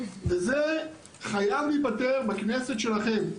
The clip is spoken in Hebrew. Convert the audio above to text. וזה חייב להיפתר בכנסת שלכם.